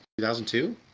2002